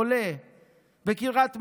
עולה בקריית מלאכי,